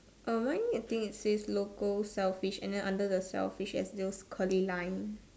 err mine I think it says local shellfish and then under the shellfish there's those curly line